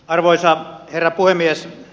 arvoisa herra puhemies